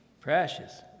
precious